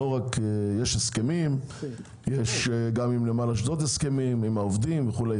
יש הסכמים, גם עם נמל אשדוד, עם העובדים וכו'.